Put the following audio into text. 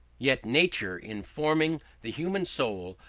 yet nature, in forming the human soul,